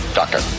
doctor